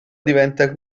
diventa